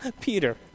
peter